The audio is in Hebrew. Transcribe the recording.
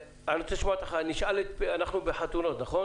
בחתונות אומרים: